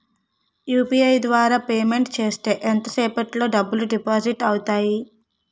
UPI ద్వారా payment చేస్తే ఎంత సేపటిలో డబ్బులు డిపాజిట్ అవుతాయి?